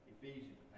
Ephesians